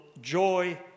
joy